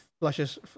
flushes